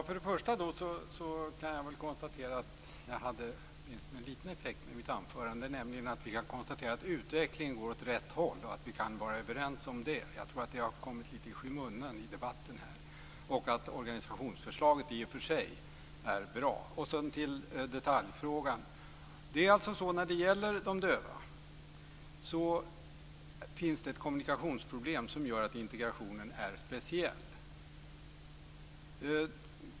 Fru talman! Jag kan konstatera att mitt anförande hade en liten effekt, nämligen att vi kan vara överens om att vi kan konstatera att utvecklingen går åt rätt håll. Den har kommit lite i skymundan i debatten. Organisationsförslaget är i och för sig bra. Sedan går jag över till detaljfrågan. När det gäller de döva finns ett kommunikationsproblem som gör att integrationen är speciell.